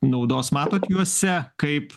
naudos matot juose kaip